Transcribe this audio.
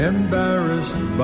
Embarrassed